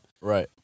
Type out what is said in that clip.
Right